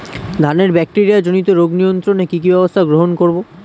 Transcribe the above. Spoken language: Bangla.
ধানের ব্যাকটেরিয়া জনিত রোগ নিয়ন্ত্রণে কি কি ব্যবস্থা গ্রহণ করব?